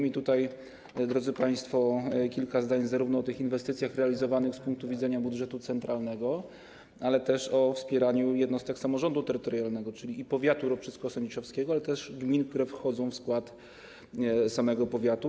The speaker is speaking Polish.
I tutaj, drodzy państwo, powiem kilka zdań zarówno o tych inwestycjach realizowanych z punktu widzenia budżetu centralnego, jak i o wspieraniu jednostek samorządu terytorialnego, czyli i powiatu ropczycko-sędziszowskiego, i gmin, które wchodzą w skład samego powiatu.